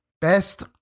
Best